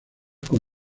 con